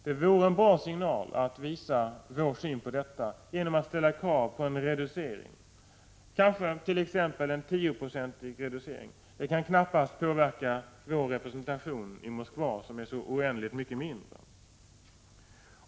Det vore en bra signal om vi visade vår syn på detta genom att ställa krav på t.ex. en tioprocentig reducering. Det kan knappast påverka vår representation i Moskva, som är så oändligt mycket mindre.